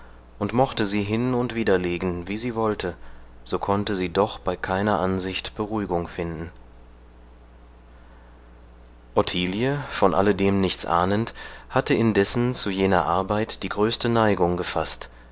und mochte sie hin und wider legen wie sie wollte so konnte sie doch bei keiner ansicht beruhigung finden ottilie von alledem nichts ahnend hatte indessen zu jener arbeit die größte neigung gefaßt